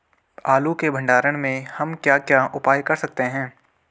आलू के भंडारण में हम क्या क्या उपाय कर सकते हैं?